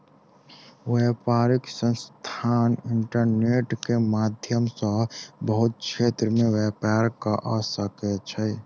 व्यापारिक संस्थान इंटरनेट के माध्यम सॅ बहुत क्षेत्र में व्यापार कअ सकै छै